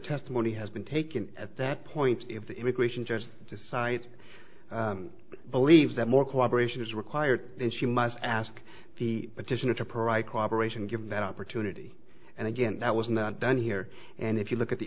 testimony has been taken at that point if the immigration judge decides to believe that more cooperation is required then she must ask the petitioner to pariah cooperation given that opportunity and again that was not done here and if you look at the